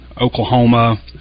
Oklahoma